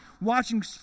watching